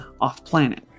off-planet